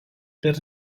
per